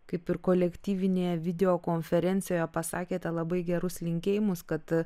kaip ir kolektyvinėje video konferencijoje pasakėte labai gerus linkėjimus kad